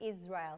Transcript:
Israel